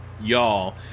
y'all